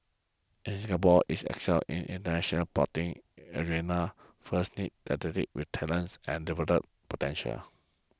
if Singapore is to excel in International Sporting arena first need athletes with talent and development potential